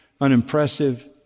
unimpressive